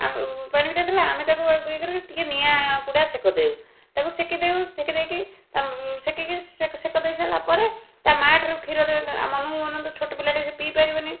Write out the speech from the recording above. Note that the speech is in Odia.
ଆଉ ପାଣି ଭିତରେ ଥିଲା ଆମେ ତାକୁ ୟେ କରିକି ଟିକିଏ ନିଆଁ ପୁଡ଼ା ସେକ ଦେଉ ତାକୁ ସେକି ଦେଉ ସେକି ଦେଇକି ସେକିକି ସେକ ଦେଇସାରିଲା ପରେ ତା' ମା' ଠାରୁ କ୍ଷୀର ଦେ ଆ ମନକୁ ମନ ତ ଛୋଟ ପିଲାଟେ ସେ ପିଇପାରିବ ନାହିଁ